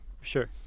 sure